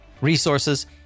resources